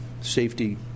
safety